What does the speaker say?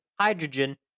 hydrogen